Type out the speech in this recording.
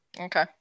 okay